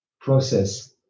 process